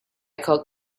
could